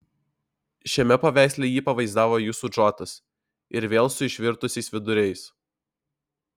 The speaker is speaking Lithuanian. šiame paveiksle jį pavaizdavo jūsų džotas ir vėl su išvirtusiais viduriais